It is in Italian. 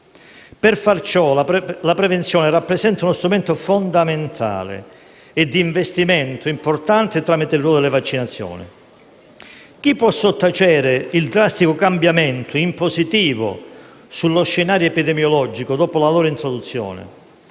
Per far ciò la prevenzione rappresenta uno strumento fondamentale e di investimento importante attraverso il ruolo delle vaccinazioni. Chi può sottacere il drastico cambiamento in positivo sullo scenario epidemiologico dopo la loro introduzione?